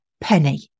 penny